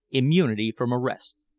immunity from arrest.